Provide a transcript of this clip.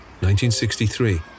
1963